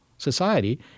society